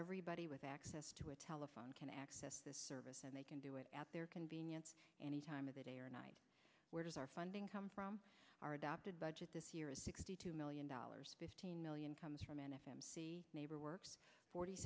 everybody with access to a telephone can access this service and they can do it at their convenience any time of the day or night where does our funding come from our adopted budget this year is sixty two million dollars million comes from an f m c neighbor work forty